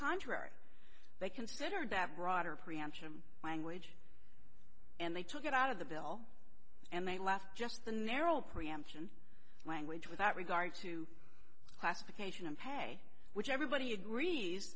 contrary they considered that broader preemption language and they took it out of the bill and they left just the narrow preemption language without regard to classification of pay which everybody agrees